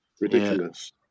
Ridiculous